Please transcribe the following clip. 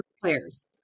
players